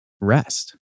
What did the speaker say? rest